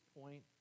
point